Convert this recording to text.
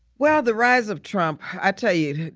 well, the rise of trump. i tell you,